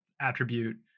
attribute